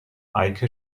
eike